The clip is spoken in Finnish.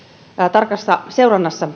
tarkassa seurannassa